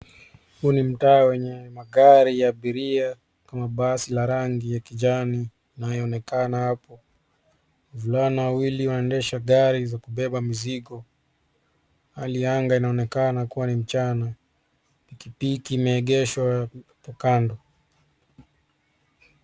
Hii ni mtaa wenye magari ya abiria. Kuna basi la rangi ya kijani inayoonekana hapo. Wavulana wawili wanaendesha gari za kubeba mizigo. Hali ya anga inaonekana kuwa ni mchana. Pikipiki imeegeshwa hapo kando.